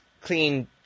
clean